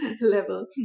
level